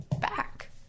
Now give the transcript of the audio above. back